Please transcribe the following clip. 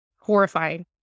Horrifying